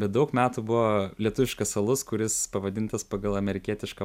bet daug metų buvo lietuviškas alus kuris pavadintas pagal amerikietišką